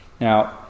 now